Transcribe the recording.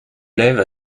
lève